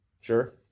Sure